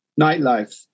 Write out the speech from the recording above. Nightlife